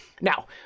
Now